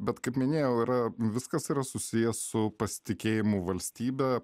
bet kaip minėjau yra viskas yra susiję su pasitikėjimu valstybe